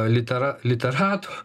litera literatų